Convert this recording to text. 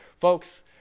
Folks